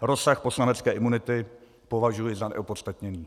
Rozsah poslanecké imunity považuji za neopodstatněný.